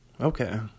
Okay